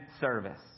service